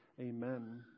Amen